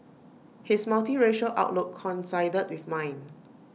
his multiracial outlook coincided with mine